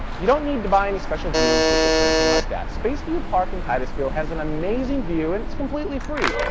you don't need to buy any special viewing tickets or anything like that, space view park in titusville has an amazing view and it is completely free.